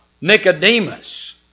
Nicodemus